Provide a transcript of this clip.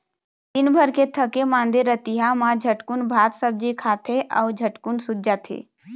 दिनभर के थके मांदे रतिहा मा झटकुन भात सब्जी खाथे अउ झटकुन सूत जाथे